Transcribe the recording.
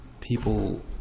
people